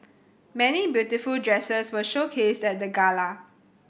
many beautiful dresses were showcased at the gala